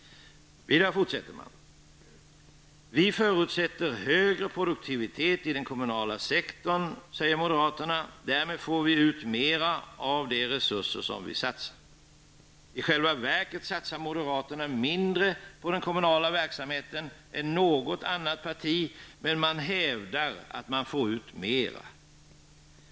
Moderaterna fortsätter: Vi förutsätter högre produktivitet i den kommunala sektorn. Därmed får vi ut mera av de resurser som vi satsar. I själva verket satsar moderaterna mindre på den kommunala verksamheten än något annat parti, men de hävdar att de får ut mer.